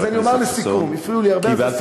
אז אני אומר לסיכום, הפריעו לי הרבה, אז לסיכום.